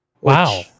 Wow